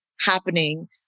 happening